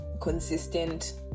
consistent